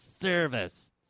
service